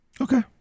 okay